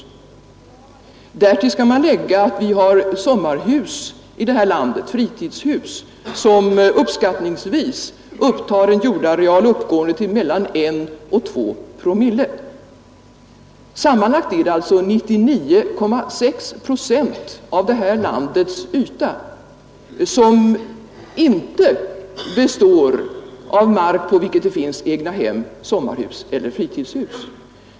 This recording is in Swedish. Därtill skall man lägga att vi har sommarhus och fritidshus, som uppskattningsvis upptar en jordareal uppgående till mellan 1 och 2 promille. Sammanlagt består alltså 99,6 procent av det här landets yta av mark på vilken det inte finns egnahem, sommarhus eller fritidshus.